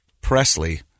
Presley